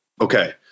okay